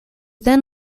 then